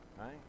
right